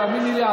תאמיני לי.